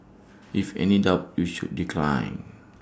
if in any doubt you should decline